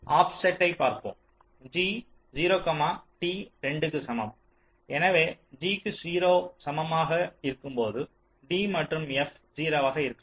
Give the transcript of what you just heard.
g 0 t 2 க்கு சமம் எனவே g 0 க்கு சமமாக இருக்கும்போது d மற்றும் f 0 ஆக இருக்கலாம்